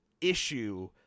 issue